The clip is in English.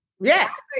Yes